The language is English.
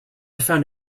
found